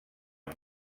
amb